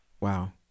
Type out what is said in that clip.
Wow